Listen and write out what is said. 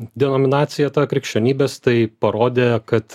denominacija ta krikščionybės tai parodė kad